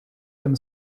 him